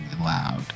loud